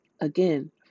Again